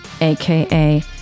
aka